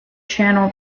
channel